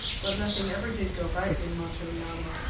but nothing ever did go right in monteriano.